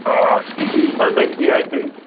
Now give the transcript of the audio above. آ یہِ دِیو سا تٔمِسٕے اتھۍ تُہۍ